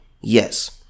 yes